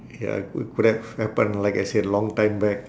ya co~ could have happen like I said long time back